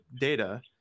data –